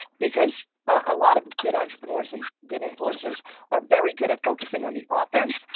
because a lot of good entrepreneurs and good influencers are very good at focusing on the offense,